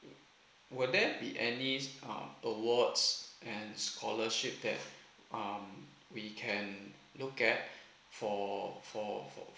would there be any uh awards and scholarship that um we can look at for for for